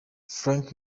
frank